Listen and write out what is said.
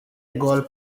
gold